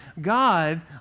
God